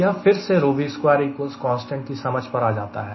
यह फिर से V2Constant की समझ पर आ जाता है